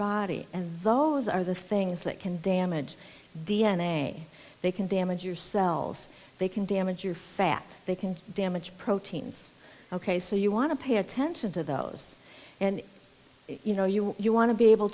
body and those are the things that can damage d n a they can damage your cells they can damage your fat they can damage proteins ok so you want to pay attention to those and you know you you want to be able